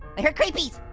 i heard creepies!